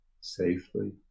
safely